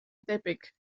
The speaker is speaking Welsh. debyg